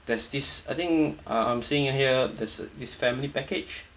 there's this I think uh I'm seeing here this this family package